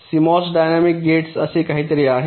CMOS dynamic gates असे काहीतरी आहेत